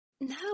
No